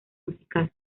musical